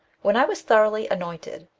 when i was thoroughly anointed,